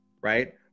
right